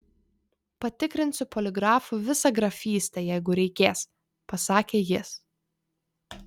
patikrinsiu poligrafu visą grafystę jeigu reikės pasakė jis